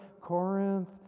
Corinth